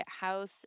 house